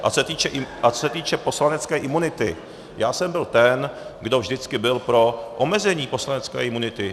A co se týče poslanecké imunity, já jsem byl ten, kdo vždycky byl pro omezení poslanecké imunity.